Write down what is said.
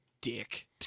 dick